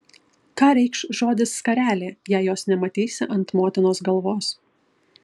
ką reikš žodis skarelė jei jos nematysi ant motinos galvos